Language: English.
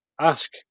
ask